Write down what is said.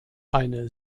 eine